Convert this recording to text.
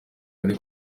muri